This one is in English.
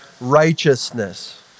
righteousness